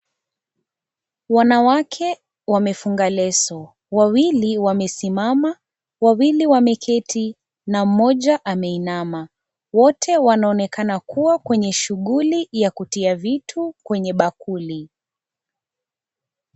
Wanawake wamefunga leso wawili wamesimama, wawili wameketi na mmoja ameinama wote wanaonekana kuwa kwenye shughuli ya kutia vitu kwenye bakuli.